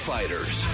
Fighters